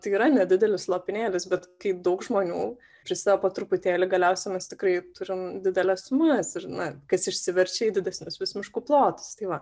tai yra nedidelis lopinėlis bet kai daug žmonių prisideda po truputėlį galiausiai mes tikrai turim dideles sumas ir na kas išsiverčia į didesnius miškų plotus tai va